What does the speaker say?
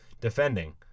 defending